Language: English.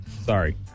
Sorry